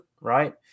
right